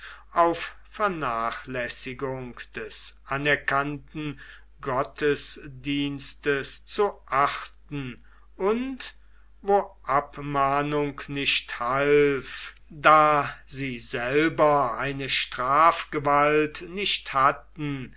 auf vernachlässigung des anerkannten gottesdienstes zu achten und wo abmahnung nicht half da sie selber eine strafgewalt nicht hatten